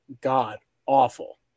god-awful